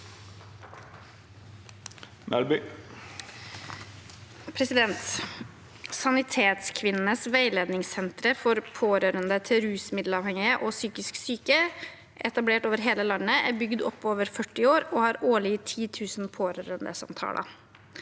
«Sanitetskvinnenes vei- ledningssentre for pårørende til rusmiddelavhengige og psykisk syke er etablert over hele landet, er bygd opp over 40 år og har årlig 10 000 pårørendesamtaler.